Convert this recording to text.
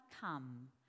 come